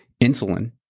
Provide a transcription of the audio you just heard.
insulin